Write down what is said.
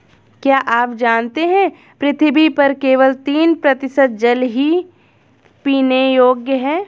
क्या आप जानते है पृथ्वी पर केवल तीन प्रतिशत जल ही पीने योग्य है?